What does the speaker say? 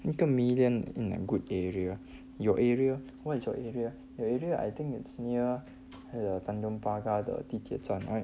一个 million in a good area your area what is your area the area I think it's near tanjong pagar the 地铁站 right